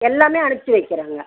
எல்லாமே அனுப்பிச்சி வைக்கிறேங்க